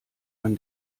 man